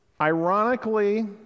Ironically